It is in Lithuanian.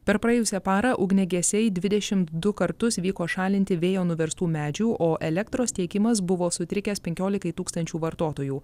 per praėjusią parą ugniagesiai dvidešim du kartus vyko šalinti vėjo nuverstų medžių o elektros tiekimas buvo sutrikęs penkiolikai tūkstančių vartotojų